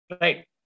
right